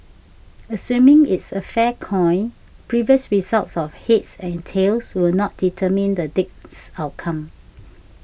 assuming it's a fair coin previous results of heads and tails will not determine the next outcome